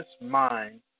mind